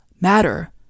matter